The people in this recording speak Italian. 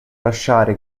lasciare